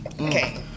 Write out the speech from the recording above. okay